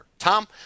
Tom